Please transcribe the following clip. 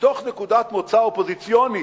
מתוך נקודת מוצא אופוזיציונית,